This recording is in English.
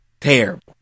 Terrible